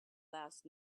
last